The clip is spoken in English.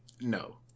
No